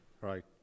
right